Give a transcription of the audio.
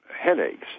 headaches